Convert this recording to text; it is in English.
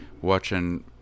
watching